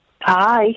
Hi